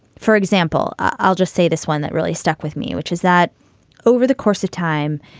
for example, i'll just say this one that really stuck with me, which is that over the course of time,